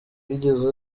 yigeze